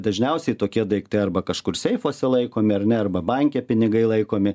dažniausiai tokie daiktai arba kažkur seifuose laikomi ar ne arba banke pinigai laikomi